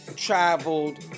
Traveled